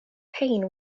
pain